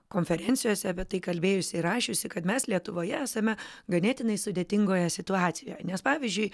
konferencijose apie tai kalbėjusi ir rašiusi kad mes lietuvoje esame ganėtinai sudėtingoje situacijoje nes pavyzdžiui